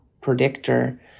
predictor